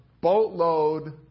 boatload